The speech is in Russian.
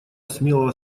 смелого